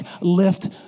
lift